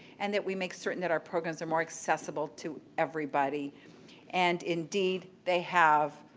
and that we make certain that our programs are more accessible to everybody and indeed, they have.